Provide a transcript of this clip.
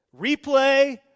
replay